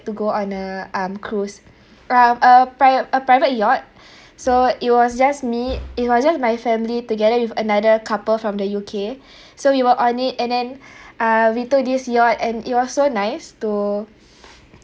to go on a um cruise um a pri~ a private yacht so it was just me it was just my family together with another couple from the U_K so we were on it and then uh we took this yacht and it was so nice to